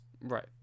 Right